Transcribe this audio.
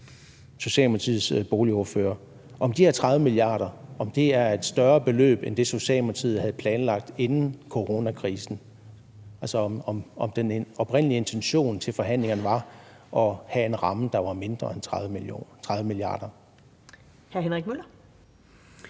Socialdemokratiets boligordfører, om de her 30 mia. kr. er et større beløb end det, Socialdemokratiet havde planlagt inden coronakrisen, altså om den oprindelige intention ved forhandlingerne var at have en ramme, der var mindre end 30 mia. kr. Kl.